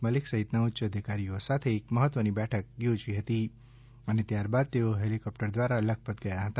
મલિક સહિતના ઉચ્ચ અધિકારીઓ સાથે એક મહત્ત્વની બેઠક થોજી હતી અને ત્યારબાદ તેઓ હેલિકોપ્ટર દ્વારા લખપત ગયા હતા